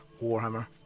Warhammer